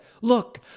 Look